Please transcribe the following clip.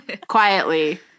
Quietly